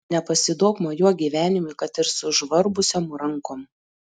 nepasiduok mojuok gyvenimui kad ir sužvarbusiom rankom